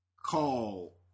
call